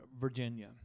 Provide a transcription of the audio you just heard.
Virginia